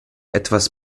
etwas